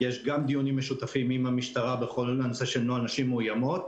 יש דיונים משותפים עם המשטרה בכל הנושא של נוהל נשים מאוימות,